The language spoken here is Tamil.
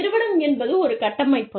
நிறுவனம் என்பது ஒரு கட்டமைப்பு